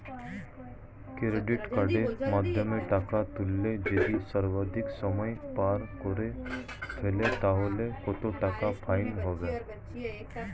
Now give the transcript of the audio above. Credit কার্ডের মাধ্যমে টাকা তুললে যদি সর্বাধিক সময় পার করে ফেলি তাহলে কত টাকা ফাইন হবে?